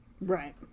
right